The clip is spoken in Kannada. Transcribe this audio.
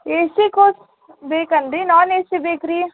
ಏ ಸಿ ಕೋಚ್ ಬೇಕೇನು ರಿ ನಾನ್ ಏ ಸಿ ಬೇಕು ರಿ